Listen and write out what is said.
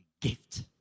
gift